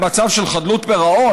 למצב של חדלות פירעון,